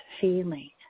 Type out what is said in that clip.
feeling